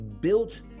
built